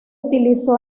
utilizó